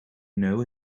know